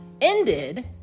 ended